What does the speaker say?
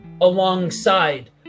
alongside